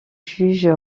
juge